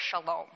shalom